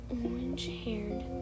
orange-haired